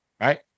right